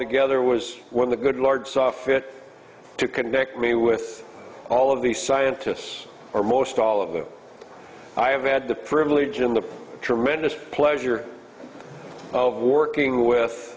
together was when the good lord saw fit to connect me with all of the scientists or most all of them i have had the privilege in the tremendous pleasure of working with